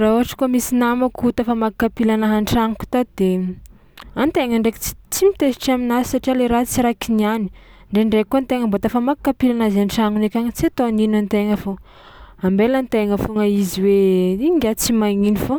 Raha ôhatra kôa misy namako tafamaky kapilanahy an-tranoko tato de an-tegna ndraiky ts- tsy mitezitra aminazy satria le raha tsy raha kiniàny, ndraindraiky koa an-tegna mbô tafamaky kapilanazy an-tragnony akagny tsy ataony ino an-tegna fô ambela an-tegna foagna izy hoe iny ngiahy tsy magnino fô